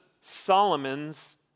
Solomon's